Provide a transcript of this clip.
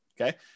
Okay